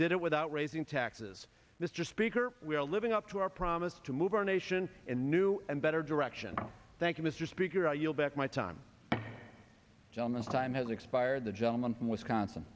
did it without raising taxes mr speaker we are living up to our promise to move our nation in new and better direction thank you mr speaker i yield back my time john the time has expired the gentleman from wisconsin